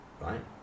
Right